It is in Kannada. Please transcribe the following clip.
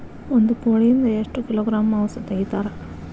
ಒಂದು ಕೋಳಿಯಿಂದ ಎಷ್ಟು ಕಿಲೋಗ್ರಾಂ ಮಾಂಸ ತೆಗಿತಾರ?